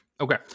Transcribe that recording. Okay